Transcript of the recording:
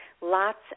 lots